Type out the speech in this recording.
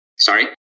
Sorry